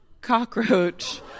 cockroach